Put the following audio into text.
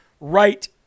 right